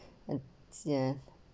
and yes